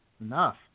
enough